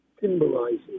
symbolizes